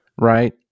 right